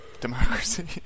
democracy